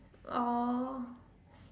oh